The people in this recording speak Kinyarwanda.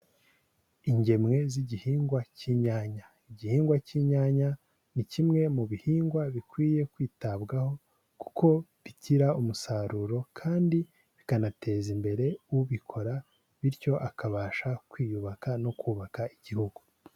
Ingemwe z'igihingwa cy'inyanya, igihingwa cy'inyanya ni kimwe mu bihingwa bikwiye kwitabwaho kuko bigira umusaruro, kandi bikanateza imbere ubikora, bityo akabasha kwiyubaka no kubaka Igihugu.